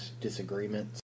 disagreements